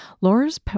Laura's